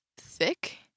thick